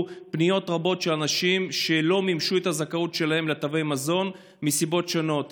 פניות רבות של אנשים שלא מימשו את הזכאות שלהם לתווי מזון מסיבות שונות,